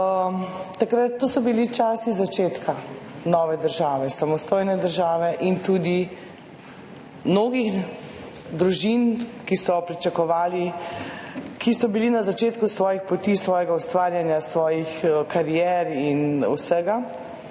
To so bili časi začetka nove države, samostojne države in tudi mnogih družin, ki so pričakovale, ki so bile na začetku svojih poti, svojega ustvarjanja, svojih karier in vsega,